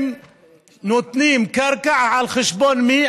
הם נותנים קרקע על חשבון מי?